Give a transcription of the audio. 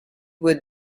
with